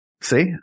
See